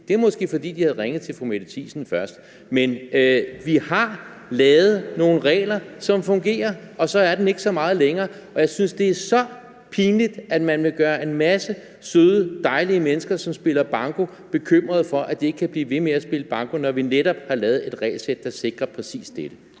Det er måske, fordi de havde ringet til fru Mette Thiesen først. Men vi har lavet nogle regler, som fungerer, og så er den ikke så meget længere, og jeg synes, det er så pinligt, at man vil gøre en masse søde, dejlige mennesker, som spiller banko, bekymrede for, at de ikke kan blive ved med at spille banko, når vi netop har lavet et regelsæt, der sikrer præcis dette.